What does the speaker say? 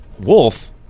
wolf